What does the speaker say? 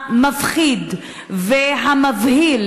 המפחיד והמבהיל,